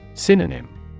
Synonym